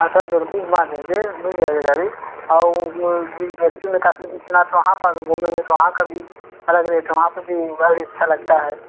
हाँ सर बिल्कुल घूमा देंगे मिल जाएगी गाड़ी और जैसे ही काशी विश्वनाथ तो वहाँ पर घूमेंगे तो वहाँ का भी अलग रेट है वहाँ पर भी बड़ा अच्छा लगता है